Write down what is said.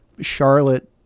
Charlotte